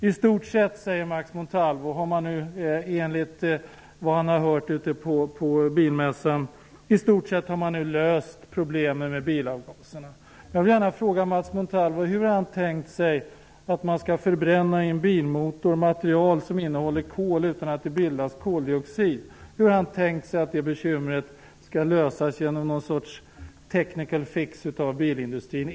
Han säger att man i stort sett har löst problemen med bilavgaserna, enligt vad han har hört på bilmässan. Jag vill gärna fråga Max Montalvo hur han har tänkt sig att man skall förbränna i en bilmotor material som innehåller kol utan att det bildas koldioxid. Hur har han tänkt sig att problemet skall lösas genom någon sorts technical fix inom bilindustrin?